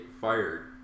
fired